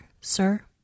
sir